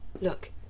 Look